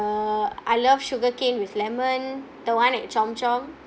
I love sugarcane with lemon the one at chomp chomp